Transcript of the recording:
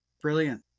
Brilliant